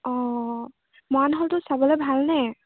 অঁ মৰাণ হ'লটোত চাবলৈ ভালনে